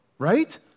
right